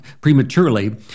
prematurely